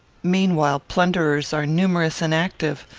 meanwhile, plunderers are numerous and active.